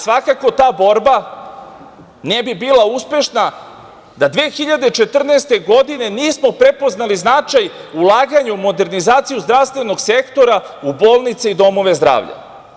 Svakako, ta borba ne bi bila uspešna da 2014. godine nismo prepoznali značaj ulaganja u modernizaciju zdravstvenog sektora u bolnice i domove zdravlja.